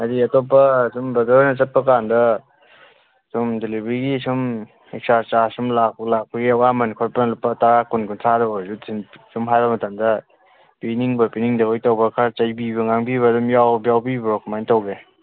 ꯍꯥꯏꯗꯤ ꯑꯇꯣꯞꯄ ꯁꯨꯝ ꯕ꯭ꯔꯗꯔ ꯍꯣꯏꯅ ꯆꯠꯄꯀꯥꯟꯗ ꯁꯨꯝ ꯗꯦꯂꯤꯕꯔꯤꯒꯤ ꯁꯨꯝ ꯆꯥꯔꯖ ꯁꯨꯝ ꯂꯥꯛꯄꯒꯤ ꯑꯋꯥꯃꯟ ꯈꯣꯠꯄ ꯂꯨꯄꯥ ꯇꯔꯥ ꯀꯨꯟ ꯀꯨꯟꯊ꯭ꯔꯥꯗ ꯑꯣꯏꯔꯁꯨ ꯁꯨꯝ ꯍꯥꯏꯕ ꯃꯇꯝꯗ ꯄꯤꯅꯤꯡꯕꯣꯏ ꯄꯤꯅꯤꯡꯗꯕꯣꯏ ꯇꯧꯕ ꯈꯔ ꯆꯩꯕꯤꯕ ꯉꯥꯡꯕꯤꯕ ꯑꯗꯨꯝ ꯌꯥꯎꯕꯤꯕ꯭ꯔꯣ ꯀꯃꯥꯏꯅ ꯇꯧꯒꯦ